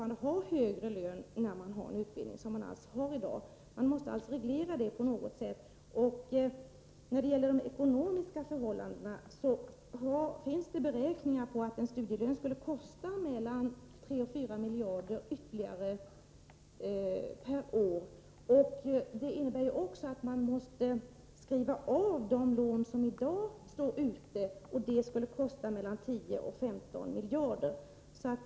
Det hela måste regleras på något sätt. Det finns beräkningar på att en studielön skulle kosta mellan 3 och 4 miljarder ytterligare per år. Det innebär att man måste skriva av de lån som i dag står ute, och det skulle kosta mellan 10 och 15 miljarder.